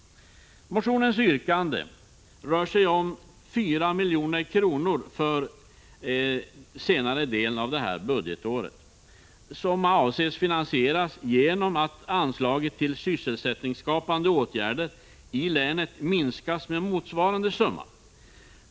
Motionens yrkande rör sig om 4 milj.kr. för senare delen av detta budgetår som avses finansieras genom att anslaget till sysselsättningsskapande åtgärder i länet minskas med motsvarande summa.